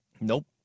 Nope